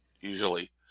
usually